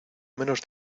menos